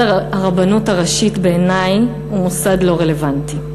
הרבנות הראשית בעיני הוא מוסד לא רלוונטי.